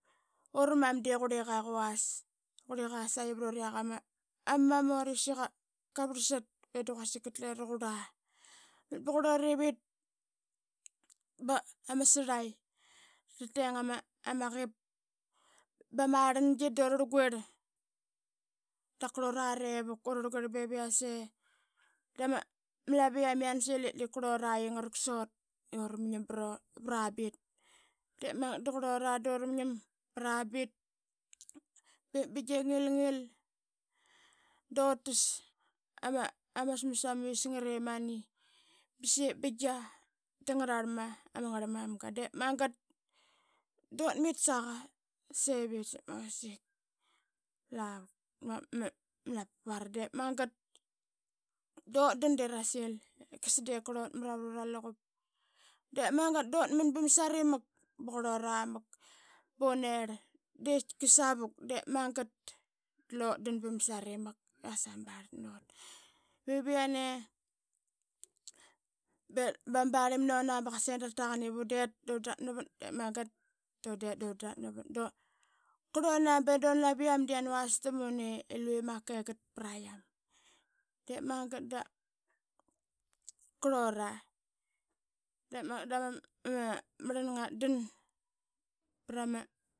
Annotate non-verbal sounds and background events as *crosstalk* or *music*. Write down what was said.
Uramam de qurliqa i qavas. Qurliqa saqi vruriaqa ma amam ut i qa vrlsat be da quasik katle raqurla. De bo qurlurivit ba ama srlai, de dan ama, ama qip bama rlangi dura da krlurare dak urarl qurlura guirular ee be yase dama laviam yana sil ip qurlura ya i ngarak sut dura mngim pra u pra bit diip magat da qurlura dura mgim pra bit ba ip binga ngilngil, tutas ama smas ama visngat i mani bsaqep bingia da ngrar ama ngrl mamga. Ip de magat saqa sevit sap ma usik lama qa *hesitation* de magat dut dan drasil i qasa diip qurlut mra vrura luqup, de magat dut man ba sarimak ba qurlura mak ba unerl de qaitkika savuk de magat dlut dan ba msari mak i qasa ma barlta nut. Bevi yane, be bama barlim muna baqasa ida rataqan ip undet dan drat navat. De magat da undit dundratnavat du qurluna be duna laviam yan vastamun i lue maki gat pra yam. De magat da qurlura, de magat dama mrlan ngat dan prama.